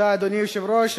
אדוני היושב-ראש,